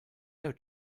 out